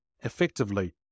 effectively